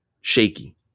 shaky